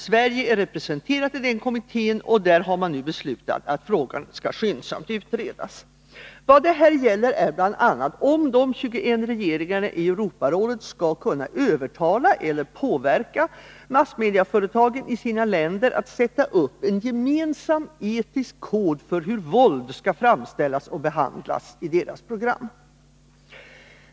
Sverige är representerat i denna kommitté, och där har man nu beslutat att frågan skall utredas skyndsamt. Vad det handlar om är bl.a. huruvida de 21 regeringarna i Europarådet skall kunna övertala eller påverka massmedieföretagen i sina länder att sätta upp en gemensam etisk kod för hur våld skall framställas och behandlas i deras program.